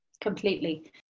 completely